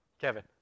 Kevin